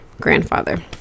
grandfather